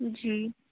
जी